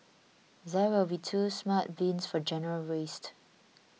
there will be two smart bins for general waste